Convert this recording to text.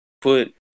put